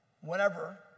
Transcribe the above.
whenever